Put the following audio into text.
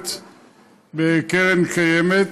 והביקורת בקרן קיימת